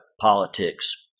politics